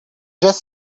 just